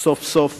סוף-סוף